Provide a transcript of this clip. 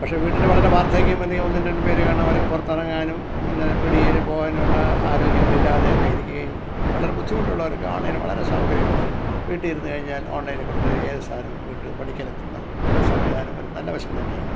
പക്ഷെ വീട്ടില് വളരെ വാർദ്ധക്യം വന്ന ഈ ഒന്നും രണ്ടും പേര് കാരണം അവർക്ക് പുറത്ത് ഇറങ്ങാനും പിന്നെ പീടികയില് പോകാനും ഉള്ള ആരോഗ്യങ്ങൾ ഇല്ലാതെ ഒക്കെ ഇരിക്കുകയും വളരെ ബുദ്ധിമുട്ടുള്ളവർക്ക് ഓൺലൈൻ വളരെ സൗകര്യമാണ് വീട്ടിൽ ഇരുന്നു കഴിഞ്ഞാൽ ഓൺലൈനിൽ കൊടുത്ത ഏത് സാധനവും വീട്ട്പടിക്കലെത്തുന്ന ഒരു സംവിധാനം ഒര് നല്ല വശം തന്നെയാണ്